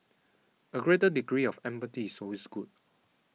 a greater degree of empathy is always good